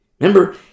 Remember